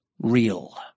real